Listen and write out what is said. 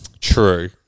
True